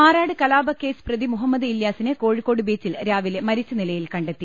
മാറാട് കലാപക്കേസ് പ്രതി മുഹമ്മദ് ഇല്യാസിനെ കോഴി ക്കോട് ബീച്ചിൽ രാവിലെ മരിച്ച നിലയിൽ കണ്ടെത്തി